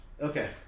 okay